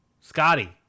Scotty